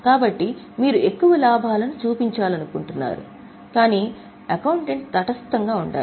కాబట్టి మీరు ఎక్కువ లాభాలను చూపించాలనుకుంటున్నారు కాని అకౌంటెంట్ తటస్థంగా ఉండాలి